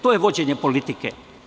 To je vođenje politike.